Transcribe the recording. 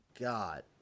god